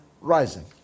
rising